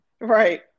Right